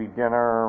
dinner